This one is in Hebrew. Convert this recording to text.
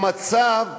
המצב,